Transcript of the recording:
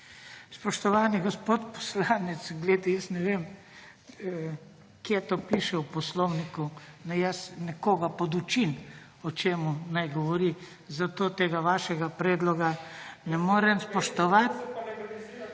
Spoštovani gospod poslanec, poglejte, jaz ne vem, kje to piše v Poslovniku naj jaz nekoga podučim o čem naj govori. Zato tega vašega predloga ne morem spoštovati…